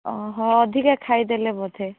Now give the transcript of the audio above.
ଓହୋ ଅଧିକା ଖାଇଦେଲେ ବୋଧେ